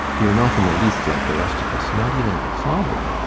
you are not in the least like the rest of us not even like father.